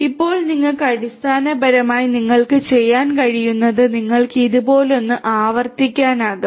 ഇപ്പോൾ നിങ്ങൾക്ക് അടിസ്ഥാനപരമായി നിങ്ങൾക്ക് ചെയ്യാൻ കഴിയുന്നത് നിങ്ങൾക്ക് ഇതുപോലൊന്ന് ആവർത്തിക്കാനാകും